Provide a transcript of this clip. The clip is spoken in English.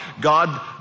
God